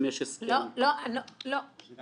אתה ראית